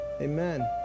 Amen